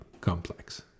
complex